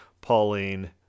Pauline